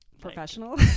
professional